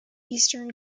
eastern